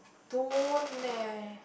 don't eh